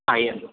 एवम्